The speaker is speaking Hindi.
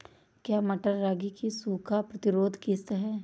क्या मटर रागी की सूखा प्रतिरोध किश्त है?